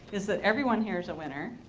is that everyone here's a winner.